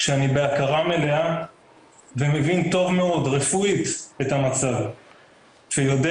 כשאני בהכרה מלאה ומבין טוב מאוד רפואית את המצב ויודע